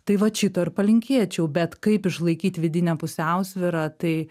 tai vat šito ir palinkėčiau bet kaip išlaikyt vidinę pusiausvyrą tai